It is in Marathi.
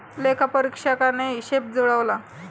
लेखापरीक्षकाने हिशेब जुळवला